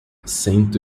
cento